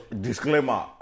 disclaimer